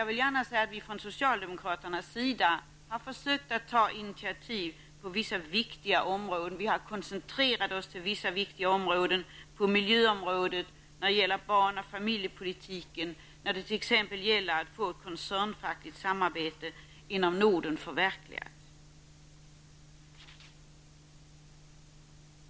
Vi har från socialdemokraternas sida försökt ta initiativ på vissa viktiga områden, och vi har koncentrerat oss till dessa områden. Det gäller miljöområdet och barn och familjepolitiken, t.ex. när det gäller att få ett koncernfackligt samarbete inom Norden förverkligat.